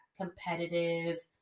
competitive